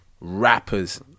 rappers